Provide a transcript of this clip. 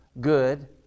good